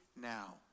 now